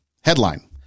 Headline